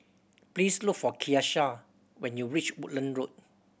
please look for Keshia when you reach Woodlands Road